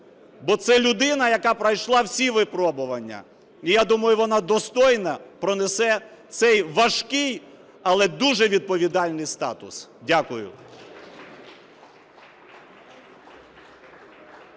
бо це людина, яка пройшла всі випробування. І я думаю, вона достойно пронесе цей важкий, але дуже відповідальний статус. Дякую.